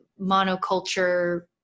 monoculture